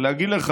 אבל להגיד לך,